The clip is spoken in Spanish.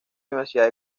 universidad